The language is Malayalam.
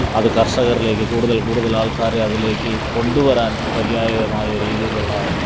അത് കര്ഷകരിലേക്ക് കൂടുതൽ കൂടുതൽ ആള്ക്കാരെ അതിലേക്ക് കൊണ്ടുവരാന് പര്യായകമായ രീതിയിലുള്ള